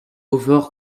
over